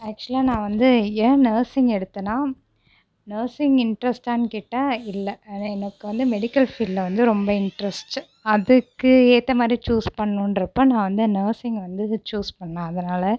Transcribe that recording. ஆக்ச்சுவலாக நான் வந்து ஏன் நர்சிங் எடுத்தேன்னால் நர்சிங் இன்ட்ரெஸ்ட்டான்னு கேட்டால் இல்லை ஆனால் எனக்கு வந்து மெடிக்கல் ஃபீல்டில் வந்து ரொம்ப இன்ட்ரெஸ்ட்டு அதுக்கு ஏற்ற மாதிரி சூஸ் பண்ணுன்றப்போ நான் வந்து நெர்சிங்கை வந்து இது சூஸ் பண்ணிணேன் அதனாலே